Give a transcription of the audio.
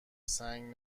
سنگ